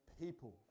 people